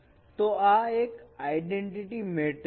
તો આ identity matrix છે